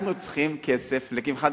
אנחנו צריכים כסף לקמחא,